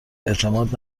اعتماد